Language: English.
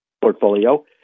portfolio